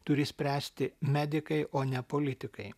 turi spręsti medikai o ne politikai